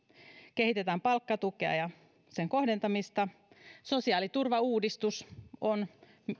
kehitetään palkkatukea ja sen kohdentamista sosiaaliturvauudistus on